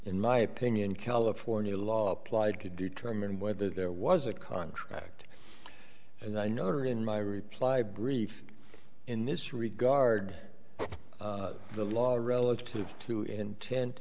in my opinion california law applied to determine whether there was a contract and i noted in my reply brief in this regard the law relative to intent